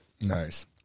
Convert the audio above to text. nice